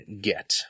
get